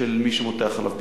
של מי שמותח עליו ביקורת.